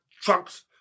trucks